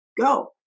go